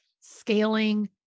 scaling